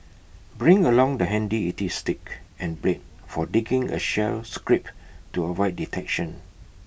bring along the handy E T stick and blade for digging A shell scrape to avoid detection